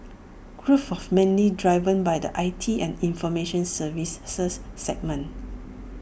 growth was mainly driven by the I T and information services segment